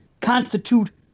constitute